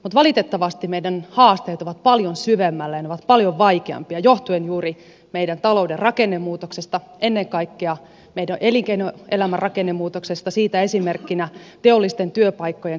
mutta valitettavasti meidän haasteemme ovat paljon syvemmällä ja ne ovat paljon vaikeampia johtuen juuri meidän talouden rakennemuutoksesta ennen kaikkea meidän elinkeinoelämän rakennemuutoksesta siitä esimerkkinä teollisten työpaikkojen katoaminen